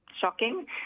shocking